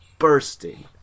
Bursting